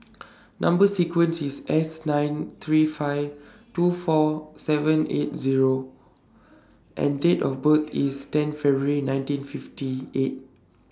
Number sequence IS S nine three five two four seven eight Zero and Date of birth IS ten February nineteen fifty eight